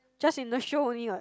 just in the show only [what]